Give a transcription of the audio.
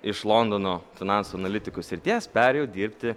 iš londono finansų analitikų srities perėjau dirbti